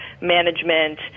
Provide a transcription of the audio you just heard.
management